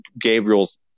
Gabriel's